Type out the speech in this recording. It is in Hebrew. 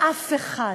ואף אחד,